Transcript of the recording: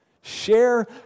Share